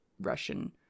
Russian